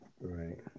Right